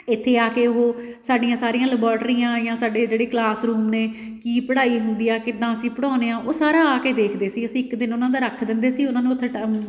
ਇੱਥੇ ਆ ਕੇ ਉਹ ਸਾਡੀਆਂ ਸਾਰੀਆਂ ਲੈਬੋਰਟਰੀਆਂ ਜਾਂ ਸਾਡੇ ਜਿਹੜੇ ਕਲਾਸ ਰੂਮ ਨੇ ਕੀ ਪੜ੍ਹਾਈ ਹੁੰਦੀ ਹੈ ਕਿੱਦਾਂ ਅਸੀਂ ਪੜ੍ਹਾਉਂਦੇ ਹਾਂ ਉਹ ਸਾਰਾ ਆ ਕੇ ਦੇਖਦੇ ਸੀ ਅਸੀਂ ਇੱਕ ਦਿਨ ਉਹਨਾਂ ਦਾ ਰੱਖ ਦਿੰਦੇ ਸੀ ਉਹਨਾਂ ਨੂੰ ਉੱਥੇ